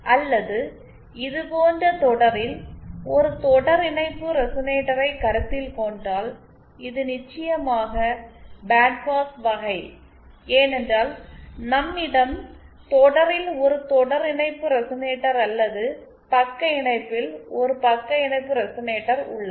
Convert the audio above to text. அல்லது இது போன்ற தொடரில் ஒரு தொடர் இணைப்பு ரெசனேட்டரைக் கருத்தில் கொண்டால் இது நிச்சயமாக பேண்ட் பாஸ் வகை ஏனென்றால் நம்மிடம் தொடரில் ஒரு தொடர் இணைப்பு ரெசனேட்டர் அல்லது பக்க இணைப்பில் ஒரு பக்க இணைப்பு ரெசனேட்டர் உள்ளது